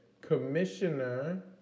Commissioner